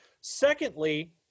Secondly